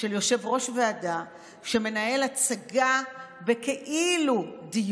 של יושב-ראש ועדה שמנהל הצגה בכאילו-דיון.